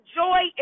joy